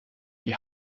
die